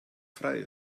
frei